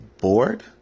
bored